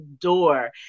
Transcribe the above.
door